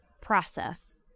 process